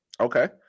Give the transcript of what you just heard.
Okay